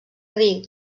dir